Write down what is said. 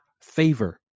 favor